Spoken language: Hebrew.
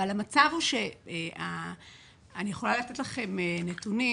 אני יכולה לתת לכם נתונים